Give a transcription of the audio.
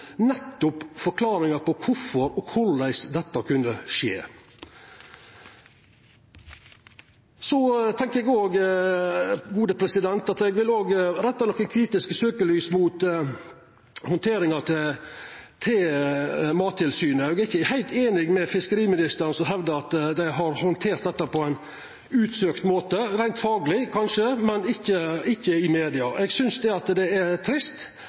nettopp forklaringane på kvifor og korleis dette kunne skje. Eg vil òg retta eit kritisk søkjelys mot handteringa til Mattilsynet. Eg er ikkje heilt einig med fiskeriministeren, som hevdar at dei har handtert dette på ein utsøkt måte – reint fagleg kanskje, men ikkje i media. Eg synest det er trist at det